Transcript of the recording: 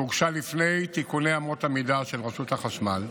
שהוגשה לפני תיקוני אמות המידה של רשות החשמל,